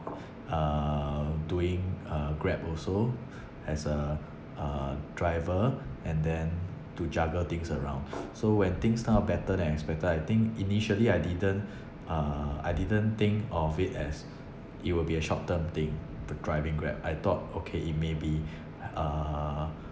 uh doing uh Grab also as a uh driver and then to juggle things around so when things now better than expected I think initially I didn't uh I didn't think of it as it will be a short term thing driving grab I thought okay it may be uh